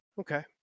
Okay